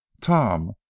Tom